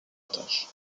otages